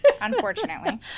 Unfortunately